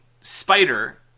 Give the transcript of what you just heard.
spider